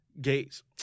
Gates